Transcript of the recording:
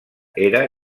era